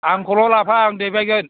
आंखौल' लाफा आं दैबायगोन